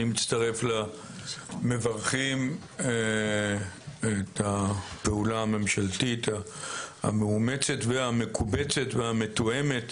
אני מצטרף למברכים את הפעולה הממשלתית המאומצת והמקובצת והמתואמת,